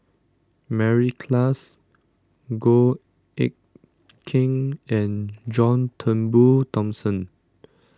Mary Klass Goh Eck Kheng and John Turnbull Thomson